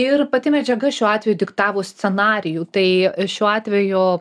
ir pati medžiaga šiuo atveju diktavo scenarijų tai šiuo atveju